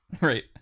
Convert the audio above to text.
right